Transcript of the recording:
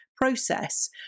process